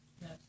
Yes